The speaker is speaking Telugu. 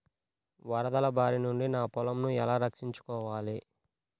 వరదల భారి నుండి నా పొలంను ఎలా రక్షించుకోవాలి?